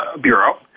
bureau